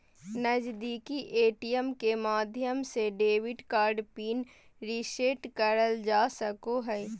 नजीदीकि ए.टी.एम के माध्यम से डेबिट कार्ड पिन रीसेट करल जा सको हय